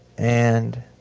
and